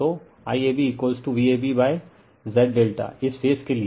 तो IAB Vab Z ∆ इस phase के लिए